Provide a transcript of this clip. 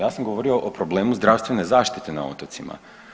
Ja sam govorio o problemu zdravstvene zaštite na otocima.